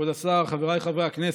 כבוד השר, חבריי חברי הכנסת,